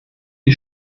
die